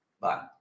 bye